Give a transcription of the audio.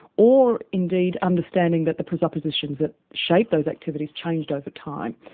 or indeed, understanding that the presuppositions that shape those activities changed over time.